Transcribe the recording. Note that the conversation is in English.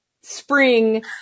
spring